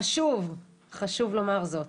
חשוב, חשוב לומר זאת.